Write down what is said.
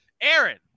Aaron